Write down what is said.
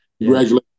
Congratulations